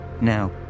Now